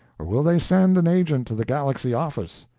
or will they send an agent to the galaxy office.